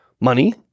money